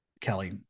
Kelly